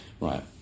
Right